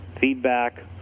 feedback